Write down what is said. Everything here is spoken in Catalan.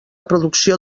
producció